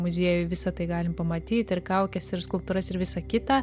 muziejuj visa tai galim pamatyt ir kaukes ir skulptūras ir visa kita